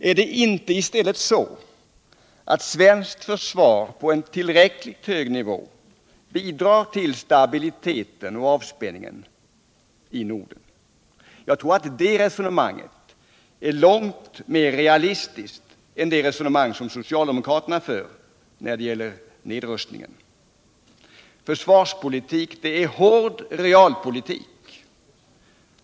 Är det inte i stället så att svenskt försvar på en tillräckligt hög nivå bidrar till stabiliteten och avspänningen i Norden? Jag tror att det resonemanget är långt mer realistiskt än det resonemang som socialdemokraterna för när det gäller nedrustningen. Försvarspolitik är hård realpolitik.